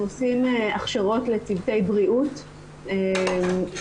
אנחנו עושים הכשרות לצוותי בריאות באמצעות